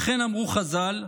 וכן אמרו חז"ל: